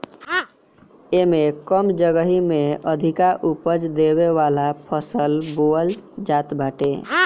एमे कम जगही में अधिका उपज देवे वाला फसल बोअल जात बाटे